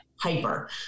hyper